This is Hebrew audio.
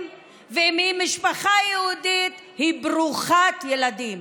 ואם היא משפחה יהודית היא ברוכת ילדים.